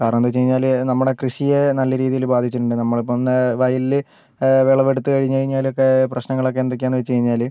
കാരണം എന്ന് വെച്ചാല് നമ്മുടെ കൃഷിയെ നല്ല രീതിയിൽ ബാധിച്ചിട്ടുണ്ട് നമ്മള് ഇപ്പം ഒന്ന് വയലില് വിളവെടുത്ത് കഴിഞ്ഞു കഴിഞ്ഞാൽ ഒക്കെ പ്രശ്നങ്ങൾ ഒക്കെ എന്തൊക്കെയാന്ന് എന്ന് വെച്ച് കഴിഞ്ഞാല്